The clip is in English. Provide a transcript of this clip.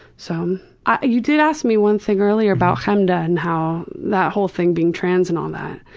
so um ah you did ask me one thing earlier about chemda and how that whole thing being trans and all that.